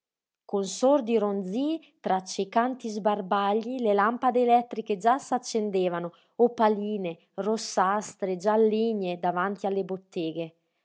con sordi ronzíi tra accecanti sbarbagli le lampade elettriche già s'accendevano opaline rossastre gialligne davanti alle botteghe